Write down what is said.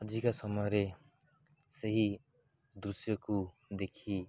ଆଜିକା ସମୟରେ ସେହି ଦୃଶ୍ୟକୁ ଦେଖି